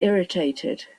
irritated